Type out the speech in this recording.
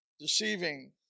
deceiving